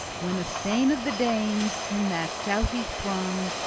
when a thane of the danes, in that doughty throng,